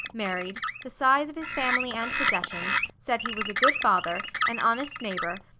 married, the size of his family and possessions, said he was a good father, an honest neighbour,